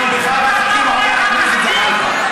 אנחנו בחג החגים, חבר הכנסת זחאלקה.